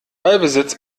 ballbesitz